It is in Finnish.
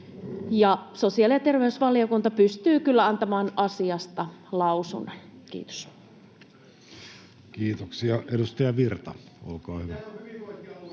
sosiaali- ja terveysvaliokunta pystyy kyllä antamaan asiasta lausunnon. — Kiitos. [Vasemmalta: Höpö höpö!] Kiitoksia. — Edustaja Virta, olkaa hyvä.